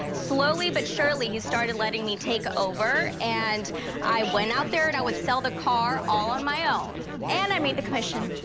slowly but surely he started letting me take over and i went out there and i would sell the car all on my own and i made the commission.